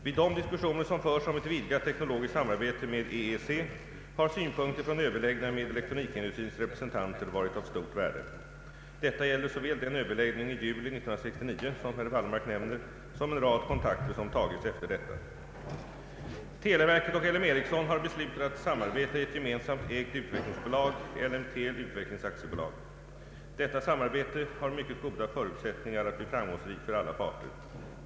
Vid de diskussioner som förs om ett vidgat teknologiskt samarbete med EEC har synpunkter från överläggningar med elektronikindustrins representanter varit av stort värde. Detta gäller såväl den överläggning i juli 1969 som herr Wallmark nämner som en rad kontakter som tagits efter detta. Televerket och L M Ericsson har beslutat att samarbeta i ett gemensamt ägt utvecklingsbolag, Ellemtel utvecklings AB. Detta samarbete har mycket goda förutsättningar att bli framgångsrikt för alla parter.